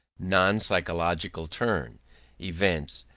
non-psychological turn events,